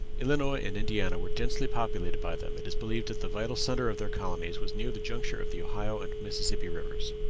illinois and indiana were densely populated by them it is believed that the vital centre of their colonies was near the junction of the ohio and mississippi rivers.